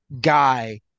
guy